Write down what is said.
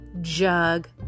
jug